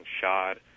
shot